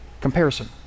comparison